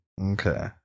Okay